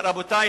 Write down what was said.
רבותי,